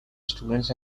students